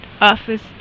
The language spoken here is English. office